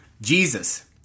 Jesus